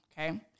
okay